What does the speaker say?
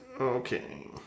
Okay